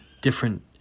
different